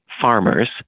farmers